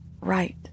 right